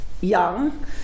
young